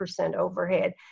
overhead